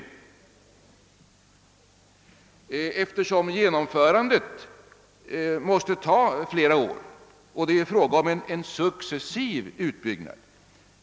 Genomförandet av utredningsarbetet måste ju ta flera år, och det är fråga om en successiv utbyggnad.